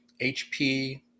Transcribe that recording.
hp